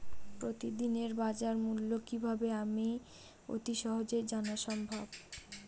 প্রতিদিনের বাজারমূল্য কিভাবে অতি সহজেই জানা সম্ভব?